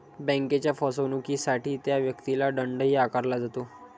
बँकेच्या फसवणुकीसाठी त्या व्यक्तीला दंडही आकारला जातो